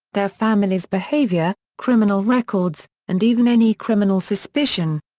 their families' behavior, criminal records, and even any criminal suspicion.